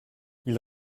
ils